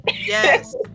yes